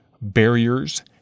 barriers